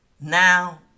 now